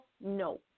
No